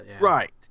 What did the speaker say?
Right